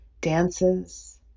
dances